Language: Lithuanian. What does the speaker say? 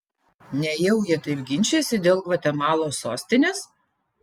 nejau jie taip ginčijasi dėl gvatemalos sostinės